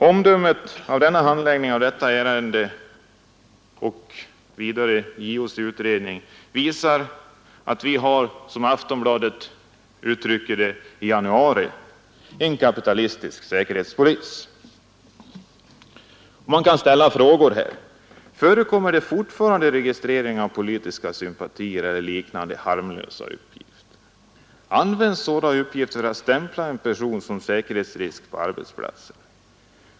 Omdömet om handläggningen av detta ärende och JO:s utredning visar att vi har, som Aftonbladet uttryckte det i januari, en kapitalistisk säkerhetspolis. Man kan i detta sammanhang ställa frågor: Förekommer det fortfarande registrering av politiska sympatier eller liknande harmlösa uppgifter? Används sådana uppgifter för att stämpla en person som säkerhetsrisk på arbetsplatsen?